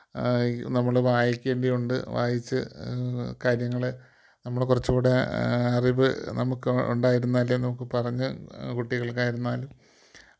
നമ്മൾ വായിക്കേണ്ടതുണ്ട് വായിച്ച് കാര്യങ്ങൾ നമ്മൾ കുറച്ചുകൂടെ അറിവ് നമുക്ക് ഉണ്ടായിരുന്നാലേ നമുക്ക് പറഞ്ഞ് കുട്ടികൾക്കായിരുന്നാലും